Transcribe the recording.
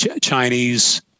Chinese